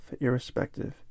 irrespective